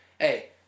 hey